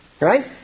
right